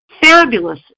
fabulous